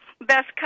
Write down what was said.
Best